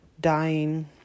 dying